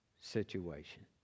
situation